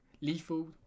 lethal